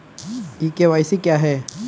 ई KYC क्या है?